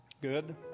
Good